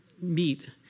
meet